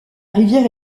rivière